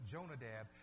Jonadab